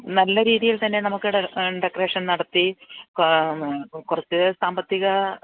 നല്ല രീതിയിൽത്തന്നെ നമുക്ക് ഡെക്കറേഷൻ നടത്തി കുറച്ചു സാമ്പത്തിക